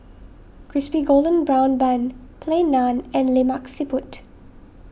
Crispy Golden Brown Bun Plain Naan and Lemak Siput